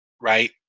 right